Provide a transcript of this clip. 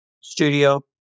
studio